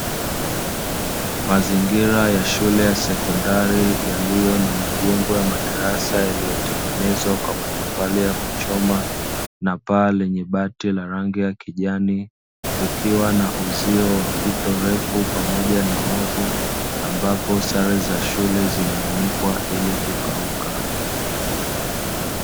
Mazingira ya shule ya sekondari yaliyo na majengo ya madarasa yaliyotengenezwa kwa matofali ya kuchoma na paa lenye bati la rangi ya kijani, kukiwa na uzio wa fito ndefu pamoja wavu ambapo sare za shule zimeanikwa ili kukauka.